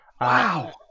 wow